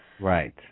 right